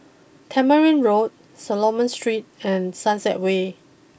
Tamarind Road Solomon Street and Sunset way